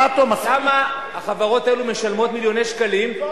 למה החברות האלה משלמות מיליוני שקלים?